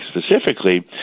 specifically